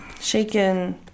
Shaken